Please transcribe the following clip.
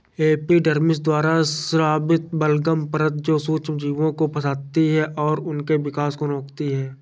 epidermis द्वारा स्रावित बलगम परत जो सूक्ष्मजीवों को फंसाती है और उनके विकास को रोकती है